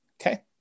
Okay